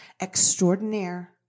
extraordinaire